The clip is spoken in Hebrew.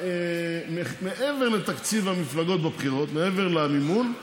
מעבר לתקציב המפלגות בבחירות, מעבר למימון,